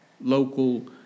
Local